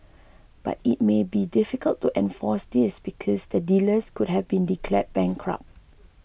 but it may be difficult to enforce this because the dealer could have been declared bankrupt